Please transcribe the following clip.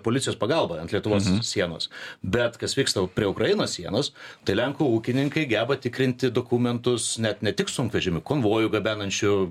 policijos pagalba ant lietuvos sienos bet kas vyksta prie ukrainos sienos tai lenkų ūkininkai geba tikrinti dokumentus net ne tik sunkvežimių konvojų gabenančių